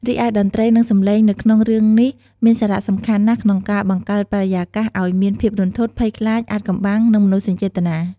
រីឯតន្ត្រី និងសំឡេងនៅក្នុងរឿងនេះមានសារៈសំខាន់ណាស់ក្នុងការបង្កើតបរិយាកាសអោយមានភាពរន្ធត់ ភ័យខ្លាច អាថ៌កំបាំង និងមនោសញ្ចេតនា ។